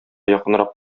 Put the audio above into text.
якынрак